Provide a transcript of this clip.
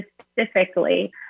specifically